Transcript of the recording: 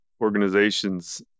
organizations